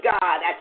God